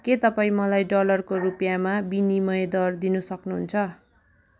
के तपाईँ मलाई डलरको रुपियाँमा विनिमय दर दिन सक्नुहुन्छ